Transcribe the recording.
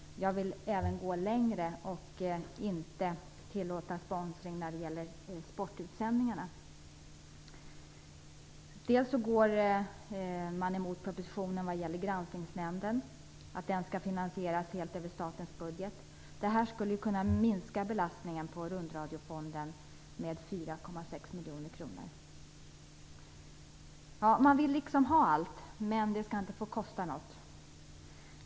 Jag vill även gå längre och inte tillåta sponsring när det gäller sportutsändningar. Dels går man emot propositionen vad gäller att Granskningsnämnden skall finansieras helt över statens budget. Detta skulle kunna minska belastningen på rundradiofonden med 4,6 miljoner kronor. Man vill liksom ha allt, men det skall inte få kosta någonting.